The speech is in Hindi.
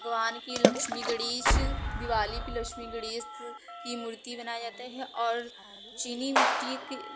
भगवान की लक्ष्मी गणेश दिवाली की लक्ष्मी गणेश की मूर्ति बनाया जाता है और चीनी मिट्टी